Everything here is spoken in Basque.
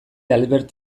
albert